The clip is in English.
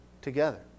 together